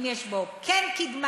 אם יש בו כן קדמה,